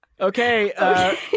Okay